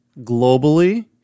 globally